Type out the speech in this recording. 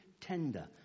tender